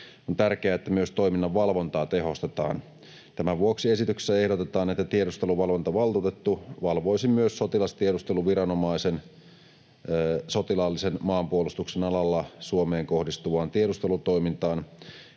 on tärkeää, että myös toiminnan valvontaa tehostetaan. Tämän vuoksi esityksessä ehdotetaan, että tiedusteluvalvontavaltuutettu valvoisi myös sotilastiedusteluviranomaisen sotilaallisen maanpuolustuksen alalla Suomeen kohdistuvaan tiedustelutoimintaan